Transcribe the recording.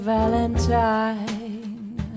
valentine